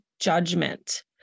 judgment